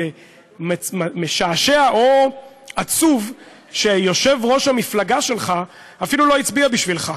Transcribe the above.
זה משעשע או עצוב שיושב-ראש המפלגה שלך אפילו לא הצביע בשבילך.